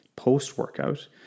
post-workout